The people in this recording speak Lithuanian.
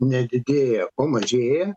nedidėja o mažėja